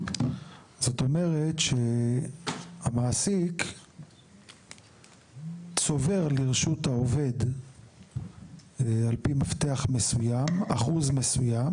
זאת אומרת שהמעסיק צובר לרשות העובד על פי מפתח מסוים אחוז מסוים.